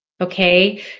Okay